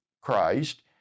Christ